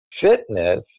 fitness